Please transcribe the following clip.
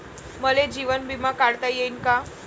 मले जीवन बिमा काढता येईन का?